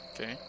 Okay